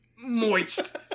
Moist